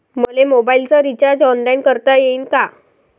मले मोबाईलच recharge online करता येईन का?